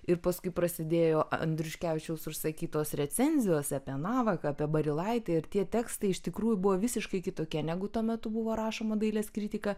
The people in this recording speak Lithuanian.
ir paskui prasidėjo andriuškevičiaus užsakytos recenzijos apie navaką apie barilaite ir tie tekstai iš tikrųjų buvo visiškai kitokia negu tuo metu buvo rašoma dailės kritika